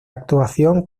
actuación